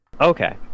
Okay